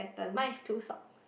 mine is too soft